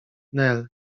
nel